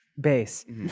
bass